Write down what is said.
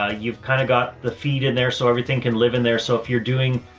ah you've kinda got the feed in there so everything can live in there. so if you're doing